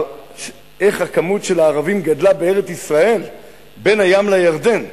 איך הכמות של הערבים גדלה בארץ-ישראל בין הים לירדן.